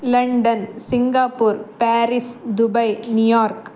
London Singapore Paris Dubai New York